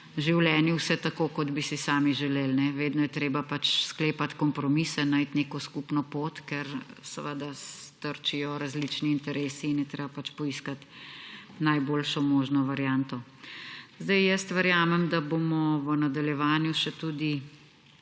življenju vse tako, kot bi si sami želeli. Vedno je treba pač sklepati kompromise, najti neko skupno pot, ker seveda trčijo različni interesi in je treba pač poiskati najboljšo možno varianto. Verjamem, da bomo v nadaljevanju tudi